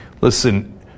Listen